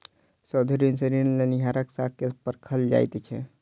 सावधि ऋण सॅ ऋण लेनिहारक साख के परखल जाइत छै